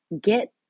get